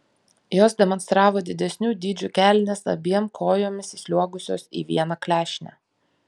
jos demonstravo didesnių dydžių kelnes abiem kojomis įsliuogusios į vieną klešnę